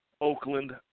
Oakland